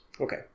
Okay